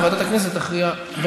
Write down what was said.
וועדת הכנסת תכריע,